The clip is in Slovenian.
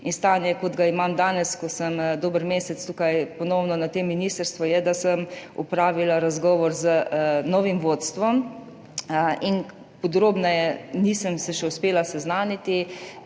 In stanje, kot ga imam danes, ko sem dober mesec ponovno tukaj na tem ministrstvu, je, da sem opravila razgovor z novim vodstvom in se podrobneje še nisem uspela seznaniti,